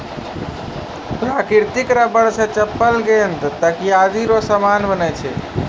प्राकृतिक रबर से चप्पल गेंद तकयादी रो समान बनै छै